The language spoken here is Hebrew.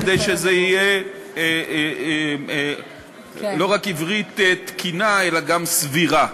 כדי שזה יהיה לא רק עברית תקינה אלא גם סבירה.